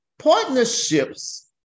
Partnerships